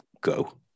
go